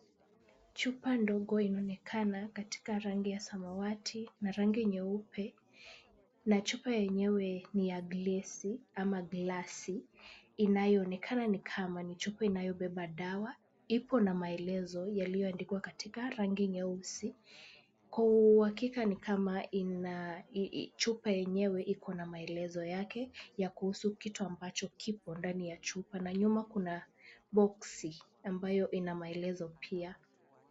Chupa ndogo inaonekana katika rangi ya samawati na rangi nyeupe na chupa yenyewe ni ya glesi ama glasi inayoonekana ni kama ni chupa inayobeba dawa. Iko na maelezo yaliyoandikwa kwa rangi nyeusi. Kwa uhakika ni kama chupa yenyewe ikona maelezo yake ya kuhusu kitu ambacho kipo ndani ya chupa na nyuma kuna boksi ambayo ina maelezo pia.